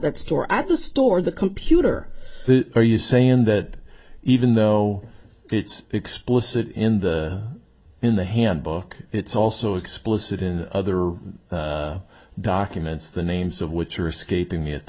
that store at the store the computer are you saying that even though it's explicit in the in the handbook it's also explicit in other documents the names of which are escaping me at the